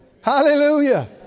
Hallelujah